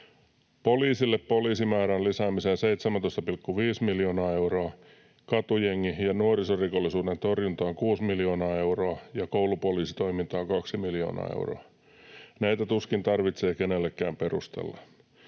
Poliisille poliisimäärän lisäämiseen 17,5 miljoonaa euroa, katujengi- ja nuorisorikollisuuden torjuntaan 6 miljoonaa euroa ja koulupoliisitoimintaan 2 miljoonaa euroa. Näitä tuskin tarvitsee kenellekään perustella.